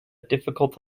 difficult